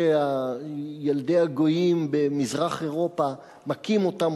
שילדי הגויים במזרח-אירופה מכים אותם,